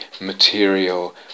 material